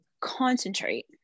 Concentrate